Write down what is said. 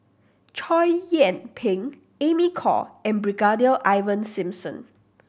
Chow Yian Ping Amy Khor and Brigadier Ivan Simson